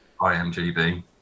IMGB